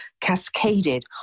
cascaded